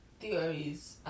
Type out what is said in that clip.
theories